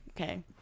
okay